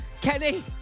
Kenny